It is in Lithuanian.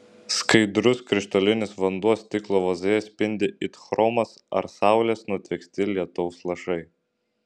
skaidrus krištolinis vanduo stiklo vazoje spindi it chromas ar saulės nutvieksti lietaus lašai